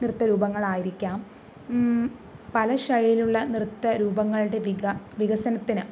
നൃത്ത രൂപങ്ങളായിരിക്കാം പല ശൈലിയിലുള്ള നൃത്ത രൂപങ്ങളുടെ വികസനത്തിന്